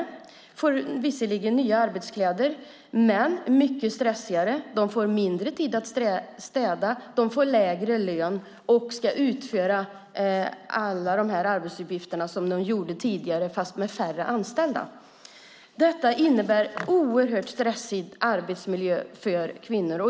De får visserligen nya arbetskläder, men de får det också mycket stressigare. De får mindre tid att städa, de får lägre lön och de ska utföra alla de här arbetsuppgifterna som de hade tidigare fast med färre anställda. Detta innebär en oerhört stressig arbetsmiljö för kvinnor.